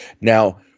Now